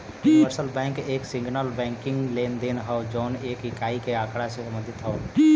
universal bank एक single banking लेनदेन हौ जौन एक इकाई के आँकड़ा से संबंधित हौ